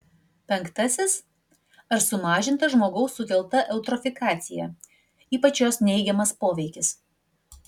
penktasis ar sumažinta žmogaus sukelta eutrofikacija ypač jos neigiamas poveikis